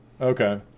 Okay